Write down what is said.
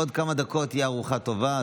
עוד חמש דקות יש ארוחה טובה.